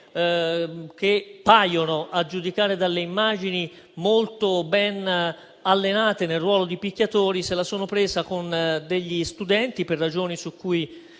che paiono, a giudicare dalle immagini, molto ben allenate nel ruolo di picchiatori, se la sono presa con degli studenti per ragioni su cui